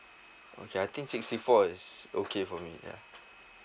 okay I think sixty four is okay for me yeah